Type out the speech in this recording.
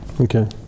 okay